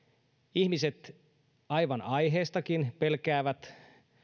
ihmiset aivan aiheestakin pelkäävät